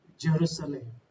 Jerusalem